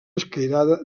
escairada